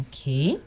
Okay